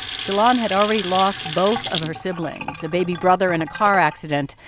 shalon had already lost both of her siblings, a baby brother in a car accident,